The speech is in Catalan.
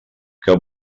que